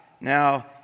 Now